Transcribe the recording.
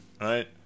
right